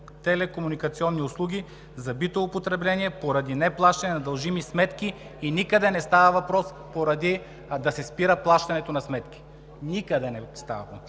телекомуникационни услуги за битово потребление поради неплащане на недължими сметки“ – и никъде не става въпрос да се спира плащането на сметки. Никъде! „2. Спират